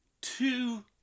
Two